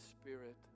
spirit